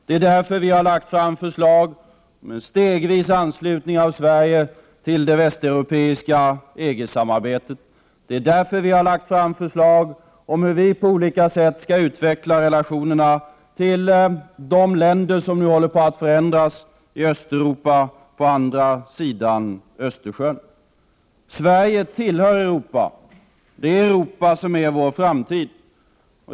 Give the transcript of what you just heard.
Det är därför vi moderater har lagt fram förslag om en stegvis anslutning av Sverige till det västeuropeiska EG-samarbetet. Det är därför vi har lagt fram förslag om hur vi på olika sätt skall utveckla relationerna till de länder som nu håller på att förändras i Östeuropa på andra sidan Östersjön. Sverige tillhör Europa, och det är Europa som är vår framtid.